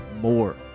more